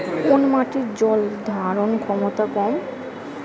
কোন মাটির জল ধারণ ক্ষমতা কম?